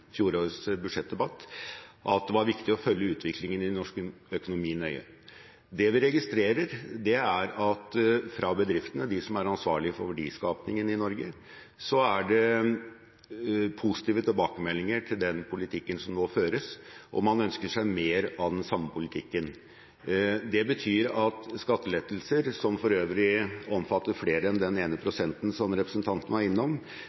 at det var viktig å følge utviklingen i norsk økonomi nøye. Vi registrerer at det fra bedriftene, de som er ansvarlig for verdiskapingen i Norge, er positive tilbakemeldinger på den politikken som nå føres, og man ønsker seg mer av den samme politikken. Det betyr at skattelettelser, som for øvrig omfatter flere enn den ene prosenten som representanten var innom,